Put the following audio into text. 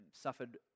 suffered